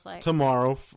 tomorrow